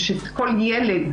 ושכל ילד,